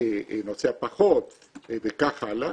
נוסע פחות וכך הלאה,